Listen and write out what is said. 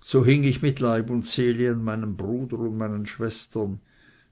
so hing ich mit leib und seele an meinem bruder und meinen schwestern